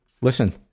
Listen